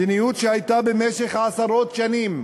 מדיניות שהייתה במשך עשרות שנים